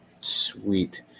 Sweet